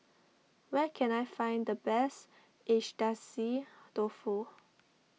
where can I find the best Agedashi Dofu